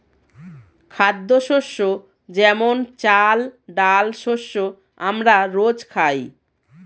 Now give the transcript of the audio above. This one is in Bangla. খাদ্যশস্য যেমন চাল, ডাল শস্য আমরা রোজ খাই